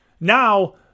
Now